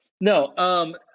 No